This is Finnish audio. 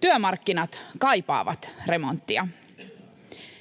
Työmarkkinat kaipaavat remonttia.